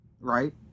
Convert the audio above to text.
right